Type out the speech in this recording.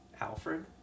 alfred